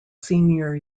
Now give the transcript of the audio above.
senior